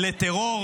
לטרור.